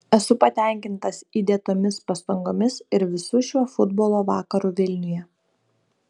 esu patenkintas įdėtomis pastangomis ir visu šiuo futbolo vakaru vilniuje